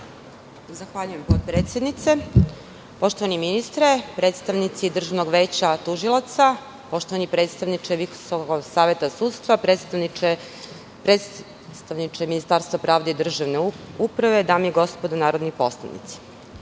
Zahvaljujem potpredsednice, poštovani ministre, predstavnici Državnog veća tužilaca, poštovani predstavniče Visokog saveta sudstva, predstavniče Ministarstva pravde i državne uprave, dame i gospodo narodni poslanici,